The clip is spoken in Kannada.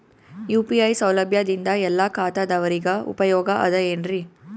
ಯು.ಪಿ.ಐ ಸೌಲಭ್ಯದಿಂದ ಎಲ್ಲಾ ಖಾತಾದಾವರಿಗ ಉಪಯೋಗ ಅದ ಏನ್ರಿ?